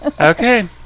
Okay